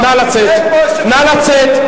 נא לצאת.